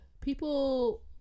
people